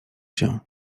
się